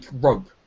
rope